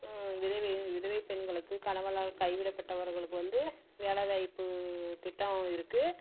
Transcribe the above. விதவை விதவை பெண்களுக்கு கணவனால் கைவிடப்பட்டவர்களுக்கு வந்து வேலை வாய்ப்பு திட்டம் இருக்கு